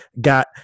got